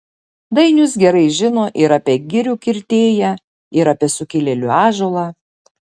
dainius gerai žino ir apie girių kirtėją ir apie sukilėlių ąžuolą